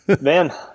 Man